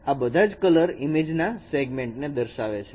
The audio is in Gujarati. આ બધા જ કલર ઈમેજ ના સેગમેન્ટ ને દર્શાવે છે